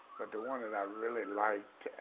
but the one that i really liked